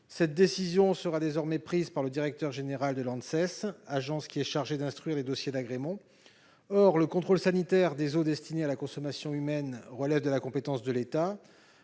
Cette décision sera désormais prise par le directeur général de l'Anses, agence chargée d'instruire les dossiers d'agrément. Or le contrôle sanitaire des eaux destinées à la consommation humaine relève de la compétence de l'État.